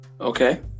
okay